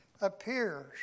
appears